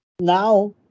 now